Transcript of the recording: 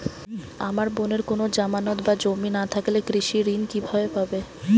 আমার বোনের কোন জামানত বা জমি না থাকলে কৃষি ঋণ কিভাবে পাবে?